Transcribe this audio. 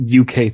UK